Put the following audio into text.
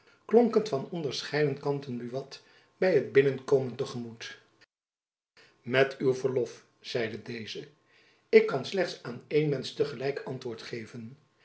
klonk het van onderscheiden kanten buat by zijn binnenkomen te gemoet met uw verlof zeide deze ik kan slechts aan een mensch te gelijk antwoord geven